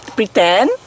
pretend